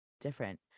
different